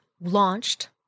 launched